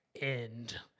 end